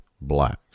blacks